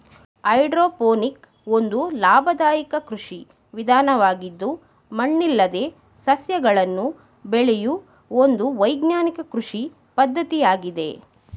hydroponic ಒಂದು ಲಾಭದಾಯಕ ಕೃಷಿ ವಿಧಾನವಾಗಿದ್ದು ಮಣ್ಣಿಲ್ಲದೆ ಸಸ್ಯಗಳನ್ನು ಬೆಳೆಯೂ ಒಂದು ವೈಜ್ಞಾನಿಕ ಕೃಷಿ ಪದ್ಧತಿಯಾಗಿದೆ